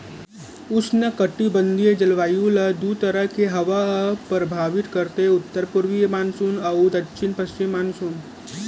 उस्नकटिबंधीय जलवायु ल दू तरह के हवा ह परभावित करथे उत्तर पूरवी मानसून अउ दक्छिन पस्चिम मानसून